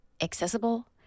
accessible